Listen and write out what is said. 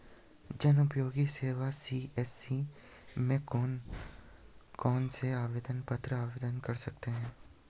जनउपयोगी सेवा सी.एस.सी में कौन कौनसे आवेदन पत्र आवेदन कर सकते हैं?